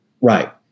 Right